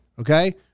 Okay